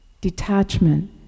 Detachment